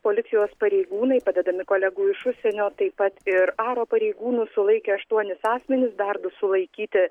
policijos pareigūnai padedami kolegų iš užsienio taip pat ir aro pareigūnų sulaikė aštuonis asmenis dar du sulaikyti